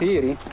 thirty